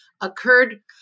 occurred